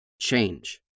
change